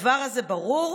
הדבר הזה ברור,